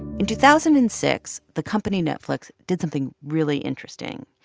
in two thousand and six, the company netflix did something really interesting.